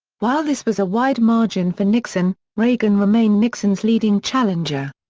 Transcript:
while this was a wide margin for nixon, reagan remained nixon's leading challenger.